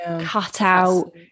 cut-out